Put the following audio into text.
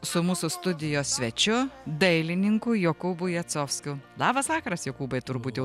su mūsų studijos svečiu dailininku jokūbu jacovskiu labas vakaras jokūbai turbūt jau